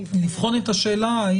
לבחון את השאלה,